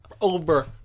Over